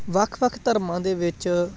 ਵੱਖ ਵੱਖ ਧਰਮਾਂ ਦੇ ਵਿੱਚ